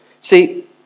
See